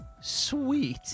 Sweet